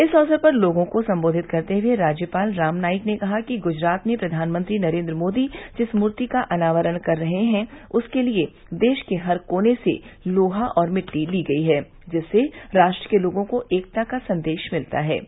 इस अवसर पर लोगों को संबोधित करते हुए राज्यपाल राम नाईक ने कहा कि गुजरात में प्रधानमंत्री नरेन्द्र मोदी जिस मूर्ति का अनावरण कर रहे हैं उसके लिए देश के हर कोने से लोहा और मिट्टी ली गई है जिससे राष्ट्र के लोगों को एकता का संदेश मिलता रहेगा